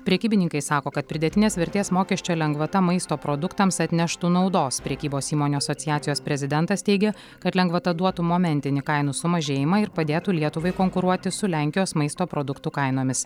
prekybininkai sako kad pridėtinės vertės mokesčio lengvata maisto produktams atneštų naudos prekybos įmonių asociacijos prezidentas teigia kad lengvata duotų momentinį kainų sumažėjimą ir padėtų lietuvai konkuruoti su lenkijos maisto produktų kainomis